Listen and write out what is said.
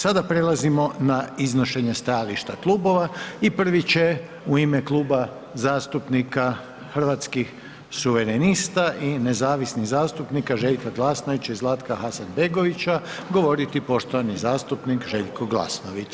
Sada prelazimo na iznošenje stajališta klubova i prvi će u ime Kluba zastupnika Hrvatskih suverenista i nezavisnih zastupnika Željka Glasnovića i Zlatka Hasanbegovića, govoriti poštovani zastupnik Željko Glasnović.